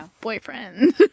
boyfriend